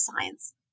science